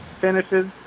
finishes